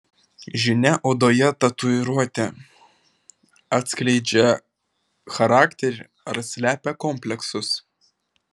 žinia odoje tatuiruotė atskleidžia charakterį ar slepia kompleksus